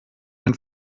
ein